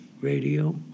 radio